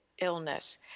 illness